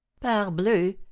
Parbleu